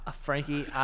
Frankie